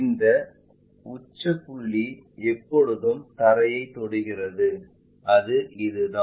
இந்த உச்ச புள்ளி எப்போதும் தரையைத் தொடுகிறது அது இதுதான்